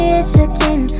Michigan